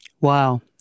Wow